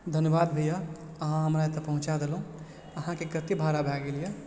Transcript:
धन्यवाद भैया अहाँ हमरा एतऽ पहुँचा देलहुॅं अहाँके कते भाड़ा भए गेल यऽ